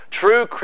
True